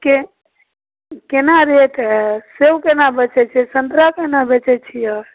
कि कोना रेट हइ सेब कोना बेचै छिए सन्तरा कोना बेचै छिए